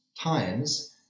times